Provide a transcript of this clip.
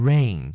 Rain